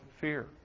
fear